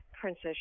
princess